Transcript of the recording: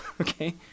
okay